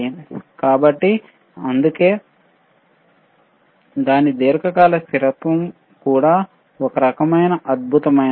కాబట్టి అందుకే దాని దీర్ఘకాలిక స్థిరత్వం కూడా ఒక రకమైన అద్భుతమైనది